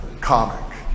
comic